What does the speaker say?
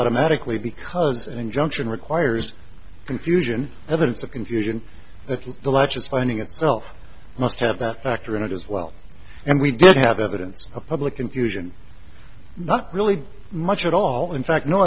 automatically because an injunction requires confusion evidence of confusion that the latches finding itself must have that factor in it as well and we did have evidence of a public infusion not really much at all in fact no